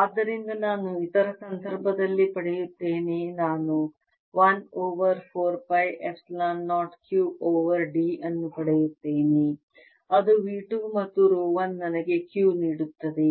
ಆದ್ದರಿಂದ ನಾನು ಇತರ ಸಂದರ್ಭದಲ್ಲಿ ಪಡೆಯುತ್ತೇನೆ ನಾನು 1 over 4 pi epsilon 0 Q over d ಅನ್ನು ಪಡೆಯುತ್ತೇನೆ ಅದು V 2 ಮತ್ತು ರೋ 1 ನನಗೆ Q ನೀಡುತ್ತದೆ